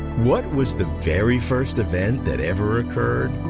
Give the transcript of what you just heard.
what was the very first event that ever occurred?